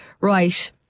Right